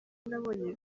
nabonye